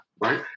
Right